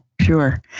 Sure